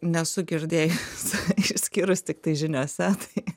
nesu girdėjus išskyrus tiktai žiniose tai